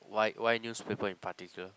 why why newspaper in particular